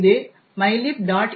இது mylib